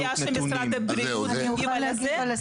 אני מציעה שמשרד הבריאות יוכל.